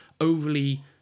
overly